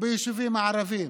ביישובים הערביים.